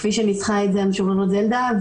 כפי שניסחה את זה המשוררת זלדה,